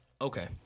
Okay